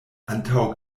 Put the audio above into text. antaŭ